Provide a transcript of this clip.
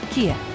Kia